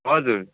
हजुर